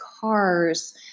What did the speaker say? cars